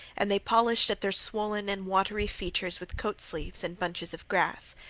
and they polished at their swollen and watery features with coat sleeves and bunches of grass.